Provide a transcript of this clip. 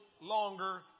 longer